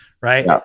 Right